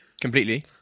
Completely